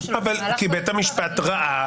שלו במהלך כל התקופה --- כי בית המשפט ראה,